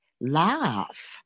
laugh